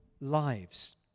lives